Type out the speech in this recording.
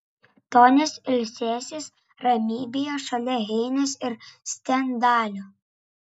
tonis ilsėsis ramybėje šalia heinės ir stendalio